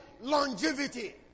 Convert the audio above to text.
longevity